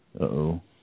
Uh-oh